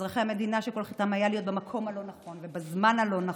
אזרחי המדינה שכל חטאם היה להיות במקום הלא-נכון בזמן הלא-נכון.